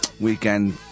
weekend